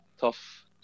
tough